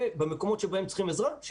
ובמקומות שבהם צריכים עזרה, שיעזור.